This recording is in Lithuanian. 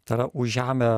tai yra už žemę